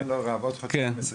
זמן לא רב --- 20 שנה.